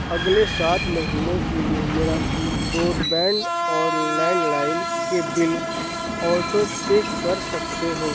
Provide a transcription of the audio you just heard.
اگلے سات مہینوں کے لیے میرا بروڈ بینڈ اور لینڈ لائن کے بل آٹو پے کر سکتے ہو